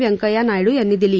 व्यंकय्या नायडू यांनी दिली